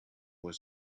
was